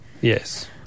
Yes